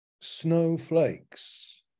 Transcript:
snowflakes